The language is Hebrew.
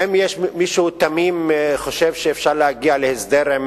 האם יש מישהו תמים שחושב שאפשר להגיע להסדר עם